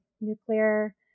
nuclear